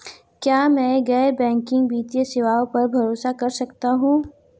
क्या मैं गैर बैंकिंग वित्तीय सेवाओं पर भरोसा कर सकता हूं?